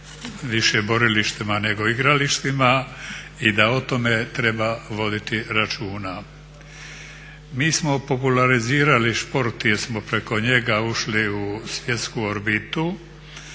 više borilištima nego igralištima i da o tome treba voditi računa. Mi smo popularizirali sport jer smo preko njega ušli u svjetsku orbitu,